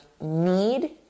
need